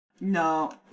No